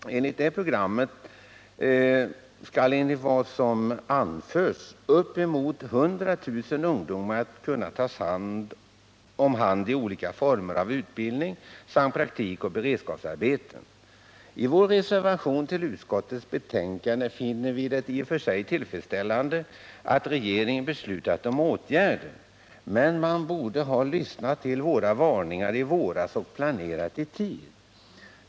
Enligt det programmet skall, har det anförts, uppemot 100 000 ungdomar kunna tas om hand i olika former av utbildning samt praktikoch beredskapsarbeten. I vår reservation till utskottets betänkande finner vi det i och för sig tillfredsställande att regeringen beslutat om åtgärder. Men man borde ha lyssnat till våra varningar i våras och planerat 213 i tid.